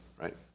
right